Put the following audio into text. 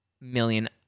million